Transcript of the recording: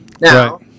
now